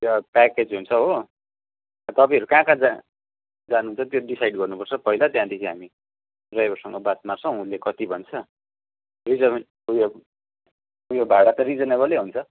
package हुन्छ हो तपाईँहरू कहाँ कहाँ जा जानुहुन्छ त्यो डिसाइड गर्नुपर्छ पहिला त्यहाँदेखि हामी ड्राइभरसँग बात मार्छौँ उसले कति भन्छ उयो भाडा त रिजनेबल नै हुन्छ